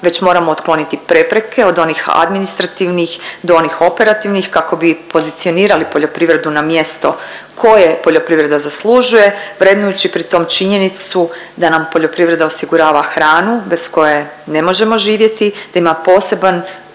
već moramo otkloniti prepreke od onih administrativnih do onih operativnih kako bi pozicionirali poljoprivredu na mjesto koje poljoprivreda zaslužuju vrednujući pri tom činjenicu da nam poljoprivreda osigurava hranu bez koje ne možemo živjeti da ima poseban